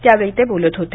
त्यावेळी ते बोलत होते